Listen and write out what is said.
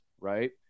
right